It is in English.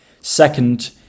second